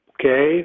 Okay